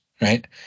right